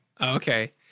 Okay